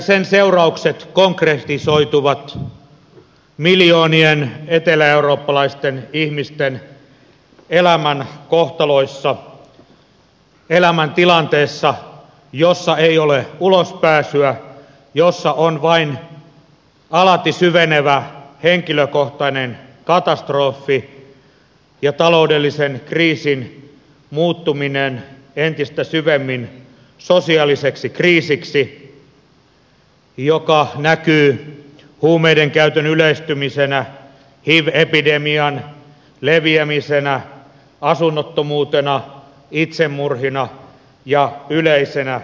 sen seuraukset konkretisoituvat miljoonien eteläeurooppalaisten ihmisten elämänkohtaloissa elämäntilanteessa jossa ei ole ulospääsyä jossa on vain alati syvenevä henkilökohtainen katastrofi ja taloudellisen kriisin muuttuminen entistä syvemmin sosiaaliseksi kriisiksi joka näkyy huumeiden käytön yleistymisenä hiv epidemian leviämisenä asunnottomuutena itsemurhina ja yleisenä epätoivoisuutena